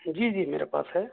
جی جی میرے پاس ہے